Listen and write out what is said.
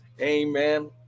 Amen